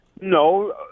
No